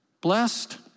Blessed